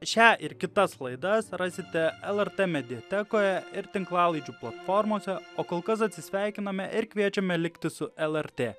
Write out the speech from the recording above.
šią ir kitas laidas rasite lrt mediatekoje ir tinklalaidžių platformose o kol kas atsisveikiname ir kviečiame likti su lrt